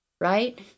right